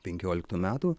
penkioliktų metų